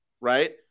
right